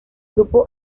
grupo